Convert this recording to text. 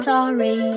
Sorry